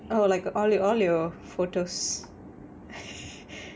oh like all your all your photos